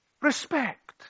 respect